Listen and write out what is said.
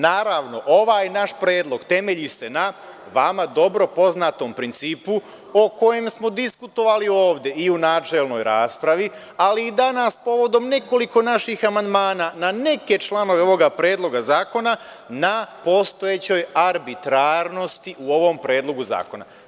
Naravno, ovaj naš predlog temelji se na vama dobro poznatom principu, o kojem smo diskutovali ovde i u načelnoj raspravi, ali i danas povodom nekoliko naših amandmana na neke članove ovog Predloga zakona, na postojećoj arbitrarnosti u ovom Predlogu zakona.